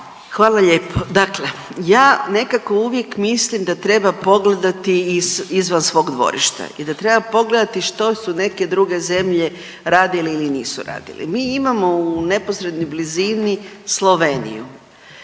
Hvala lijepo. Dakle ja nekako uvijek mislim da treba pogledati iz, izvan svog dvorišta i da treba pogledati što su neke druge zemlje radile ili nisu radile. Mi imamo u neposrednoj blizini Sloveniju.